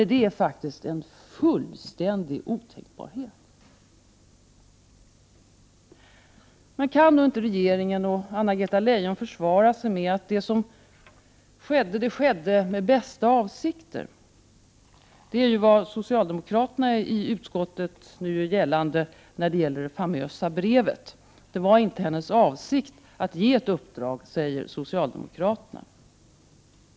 Nej, det är faktiskt fullständigt otänkbart. Kan då inte regeringen och Anna-Greta Leijon försvara sig med att säga att det som skedde ju skedde med de bästa avsikter? Det är vad socialdemokraterna i utskottet nu gör gällande beträffande det famösa brevet. Det var inte Anna-Greta Leijons avsikt att ge ett uppdrag, säger socialdemokraterna.